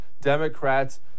Democrats